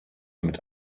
mit